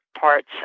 parts